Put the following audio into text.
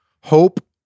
hope